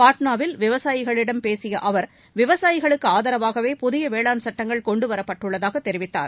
பாட்னாவில் விவசாயிகளிடம் பேசிய அவர் விவசாயிகளுக்கு ஆதரவாகவே புதிய வேளாண் சட்டங்கள் கொண்டு வரப்பட்டுள்ளதாக தெரிவித்தார்